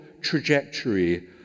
trajectory